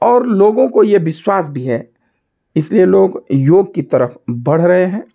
और लोगों को यह विश्वास भी है इसलिए लोग योग की तरफ बढ़ रहे हैं